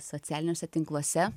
socialiniuose tinkluose